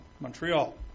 Montreal